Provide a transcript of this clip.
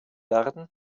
werden